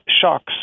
shocks